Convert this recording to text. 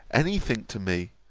any thing to me,